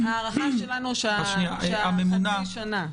ההערכה שלנו חצי שנה.